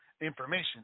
information